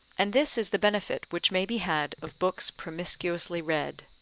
and this is the benefit which may be had of books promiscuously read.